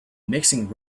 mixing